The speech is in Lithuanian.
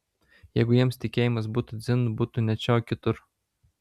jeigu jiems tikėjimas būtų dzin būtų ne čia o kitur